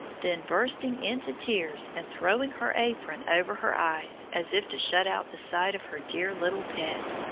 then bursting into tears and throwing her apron over her eyes as if to shut out the sight of her dear little pet,